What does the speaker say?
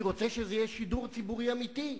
אני רוצה שזה יהיה שידור ציבורי אמיתי,